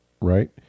Right